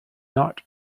not